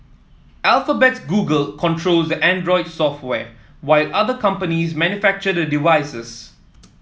Alphabet's Google controls the Android software while other companies manufacture the devices